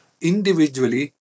individually